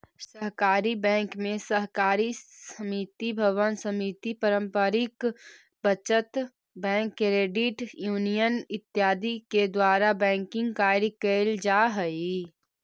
सहकारी बैंक में सहकारी समिति भवन समिति पारंपरिक बचत बैंक क्रेडिट यूनियन इत्यादि के द्वारा बैंकिंग कार्य कैल जा हइ